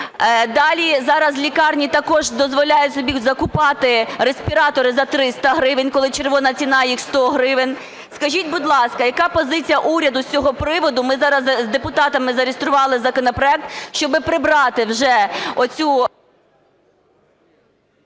Далі. зараз лікарні також дозволяють собі закупати респіратори за 300 гривень, коли "червона" ціна їх 100 гривень. Скажіть, будь ласка, яка позиція уряду з цього приводу? Ми зараз з депутатами зареєстрували законопроект, щоб прибрати вже оцю…